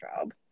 job